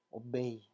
obey